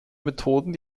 methoden